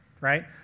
right